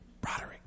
Broderick